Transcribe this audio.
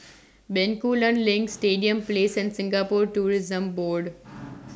Bencoolen LINK Stadium Place and Singapore Tourism Board